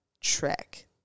track